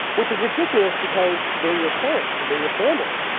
which is ridiculous because they're your parents and they're your family.